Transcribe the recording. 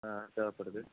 தேவைப்படுது